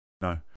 No